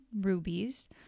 rubies